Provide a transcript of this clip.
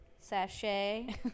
sachet